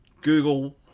google